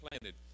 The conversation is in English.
planted